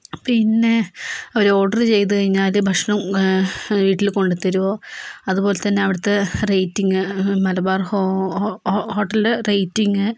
പിന്നെ അവർ ഓർഡർ ചെയ്ത് കഴിഞ്ഞാൽ ഭക്ഷണം വീട്ടിൽ കൊണ്ടുതരുമോ അതുപോലെതന്നെ അവിടുത്തെ റേറ്റിങ്ങ് മലബാർ ഹോട്ടലിലെ റേറ്റിങ്ങ്